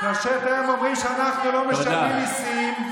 אתם אומרים עלינו שאנחנו לא משלמים מיסים,